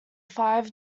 five